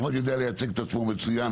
אחמד יודע לייצג את עצמו מצוין,